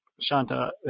Shanta